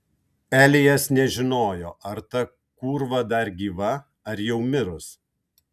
elijas nežinojo ar ta kūrva dar gyva ar jau mirus